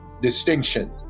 distinction